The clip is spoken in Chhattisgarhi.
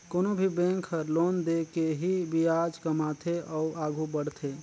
कोनो भी बेंक हर लोन दे के ही बियाज कमाथे अउ आघु बड़थे